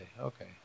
Okay